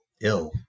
ill